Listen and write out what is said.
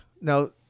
now